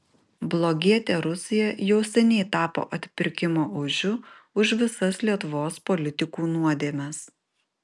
blogietė rusija jau seniai tapo atpirkimo ožiu už visas lietuvos politikų nuodėmes